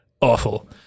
awful